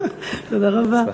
תודה רבה.